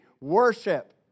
worship